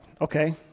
okay